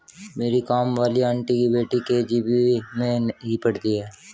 मेरी काम वाली आंटी की बेटी के.जी.बी.वी में ही पढ़ती है